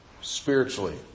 spiritually